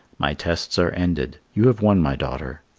my tests are ended you have won my daughter.